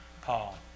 Paul